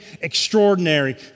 extraordinary